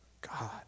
God